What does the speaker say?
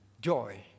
joy